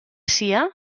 sia